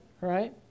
right